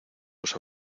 los